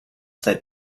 that